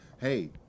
hey